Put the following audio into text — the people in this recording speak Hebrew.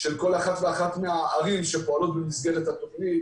של כל אחת ואחת מהערים שפועלות במסגרת התוכנית